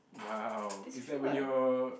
wow it's like when your